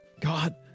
God